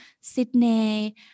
Sydney